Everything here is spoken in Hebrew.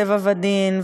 טבע ודין",